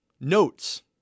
notes